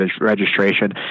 registration